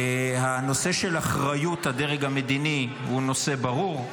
הנושא של אחריות הדרג המדיני הוא נושא ברור.